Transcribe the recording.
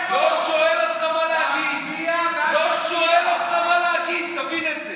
לא שואל אותך מה להגיד, תבין את זה.